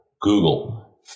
Google